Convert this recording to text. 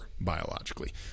biologically